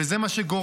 וזה מה שגורם